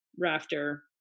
Rafter